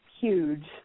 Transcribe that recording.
huge